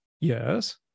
Yes